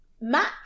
MAC